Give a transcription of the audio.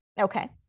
Okay